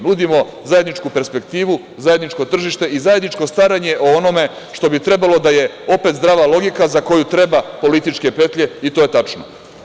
Nudimo zajedničku perspektivu, zajedničko tržište i zajedničko staranje o onome što bi trebalo da je opet zdrava logika za koju treba političke petlje i to je tačno.